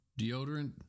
Deodorant